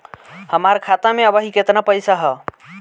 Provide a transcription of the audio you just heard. हमार खाता मे अबही केतना पैसा ह?